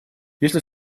если